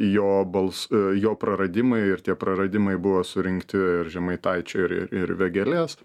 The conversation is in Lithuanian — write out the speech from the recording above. jo bals jo praradimai ir tie praradimai buvo surinkti ir žemaitaičio ir ir ir vėgėlės